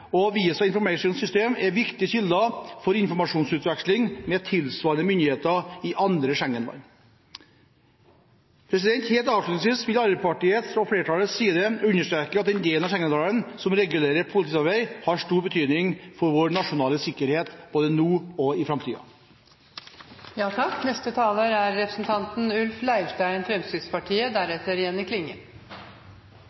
og Visa Information System er viktige kilder for informasjonsutveksling med tilsvarende myndigheter i andre Schengen-land. Helt avslutningsvis vil jeg fra Arbeiderpartiets og flertallets side understreke at den delen av Schengen-avtalen som regulerer politisamarbeid, har stor betydning for vår nasjonale sikkerhet, både nå og i